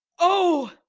o,